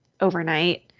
overnight